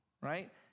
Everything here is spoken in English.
right